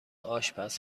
آشپز